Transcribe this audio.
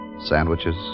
Sandwiches